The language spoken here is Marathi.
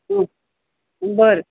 हं बरं